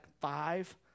five